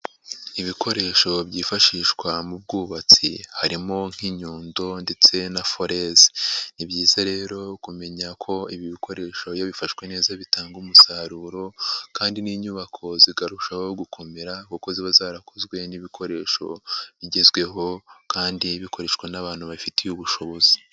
Ibikoresho byifashishwa mu bwubatsi harimo nk'inyundo ndetse na forezi. Ni byiza rero kumenya ko ibi bikoresho iyobifashwe neza bitanga umusaruro kandi n'inyubako zikarushaho gukomera kuko ziba zarakozwe n'ibikoresho bigezweho kandi bikoreshwa n'abantu babifitiye ubushobozi.